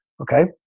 Okay